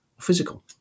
physical